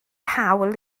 hawl